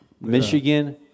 Michigan